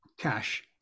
Cash